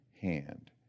hand